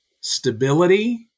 stability